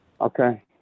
okay